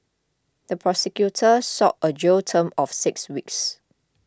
the prosecutor sought a jail term of six weeks